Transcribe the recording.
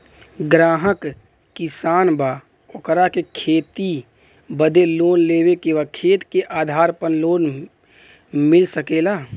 ग्राहक किसान बा ओकरा के खेती बदे लोन लेवे के बा खेत के आधार पर लोन मिल सके ला?